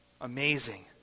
Amazing